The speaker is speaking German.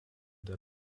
der